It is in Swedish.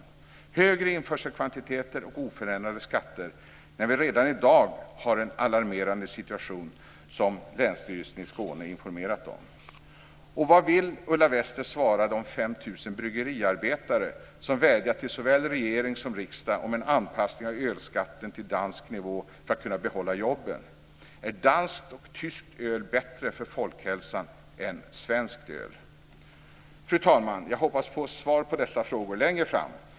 Det blir högre införselkvantiteter och oförändrade skatter, trots att vi redan i dag har en alarmerande situation, som Länsstyrelsen i Skåne informerat om. Vad vill Ulla Wester svara de 5 000 bryggeriarbetare som vädjat till såväl regering som riksdag om en anpassning av ölskatten till dansk nivå för att kunna behålla jobben? Är danskt och tyskt öl bättre för folkhälsan än svenskt öl? Fru talman! Jag hoppas få svar på dessa frågor längre fram.